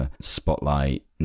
Spotlight